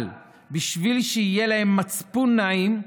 אבל בשביל שיהיה להם מצפון נעים,